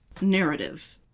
narrative